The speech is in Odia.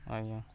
ଆଜ୍ଞା